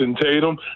tatum